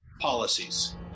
policies